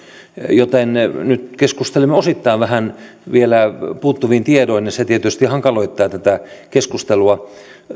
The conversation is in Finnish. joten nyt keskustelemme osittain vielä vähän puuttuvin tiedoin ja se tietysti hankaloittaa tätä keskustelua